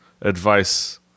advice